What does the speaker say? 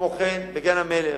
כמו כן, בגן-המלך,